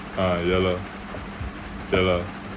ah ya lah ya lah